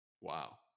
wow